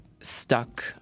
stuck